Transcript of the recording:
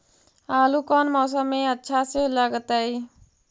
आलू कौन मौसम में अच्छा से लगतैई?